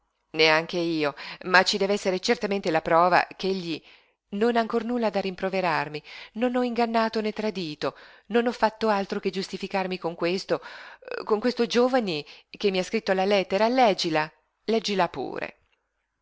neanche io ma ci dev'esser certamente la prova ch'egli non ha ancor nulla da rimproverarmi non ho ingannato né tradito non ho fatto altro che giustificarmi con questo con questo giovine che mi ha scritto la lettera leggila leggila pure